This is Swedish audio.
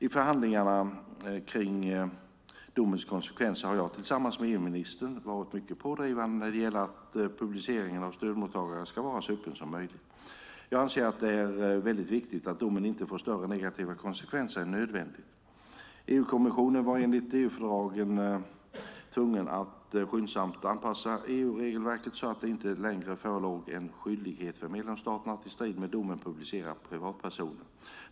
I förhandlingarna kring domens konsekvenser har jag, tillsammans med EU-ministern, varit mycket pådrivande när det gäller att publiceringen av stödmottagare ska vara så öppen som möjligt. Jag anser att det är väldigt viktigt att domen inte får större negativa konsekvenser än nödvändigt. EU-kommissionen var enligt EU-fördragen tvungen att skyndsamt anpassa EU-regelverket så att det inte längre förelåg en skyldighet för medlemsstaterna att i strid med domen publicera privatpersoner.